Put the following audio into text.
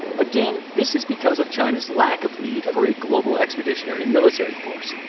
again, this is because of china's lack of need for a global expeditionary military force.